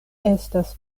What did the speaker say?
estas